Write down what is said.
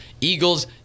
Eagles